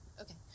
Okay